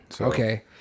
Okay